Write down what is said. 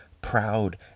proud